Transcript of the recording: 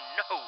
no